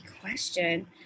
question